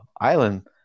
island